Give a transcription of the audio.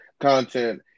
content